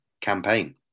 campaign